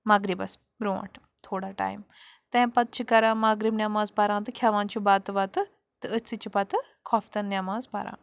مغرِبس برٛونٹھ تھوڑا ٹایم تمہِ پتہٕ چھِ کَران مغرب نیٚمار پَران تہٕ کھیٚوان چھِ بتہٕ وتہٕ تہٕ أتھۍ سۭتۍ چھِ پ تہٕ کھۄفتن نیٚماز پَران